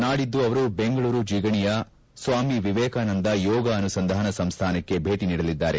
ನಾಡಿದ್ದು ಅವರು ಬೆಂಗಳೂರು ಜಿಗಣಿಯ ಸ್ವಾಮಿ ವಿವೇಕಾನಂದ ಯೋಗ ಅನುಸಂಧಾನ ಸಂಸ್ಥಾನಕ್ಕೆ ಭೇಟ ನೀಡಲಿದ್ದಾರೆ